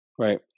right